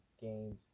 games